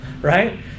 Right